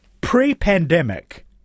Pre-pandemic